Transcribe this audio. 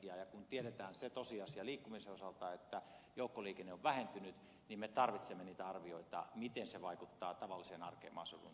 ja kun tiedetään se tosiasia liikkumisen osalta että joukkoliikenne on vähentynyt niin me tarvitsemme niitä arvioita miten se vaikuttaa tavalliseen arkeen maaseudun ihmisten osalta